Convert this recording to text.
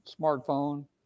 smartphone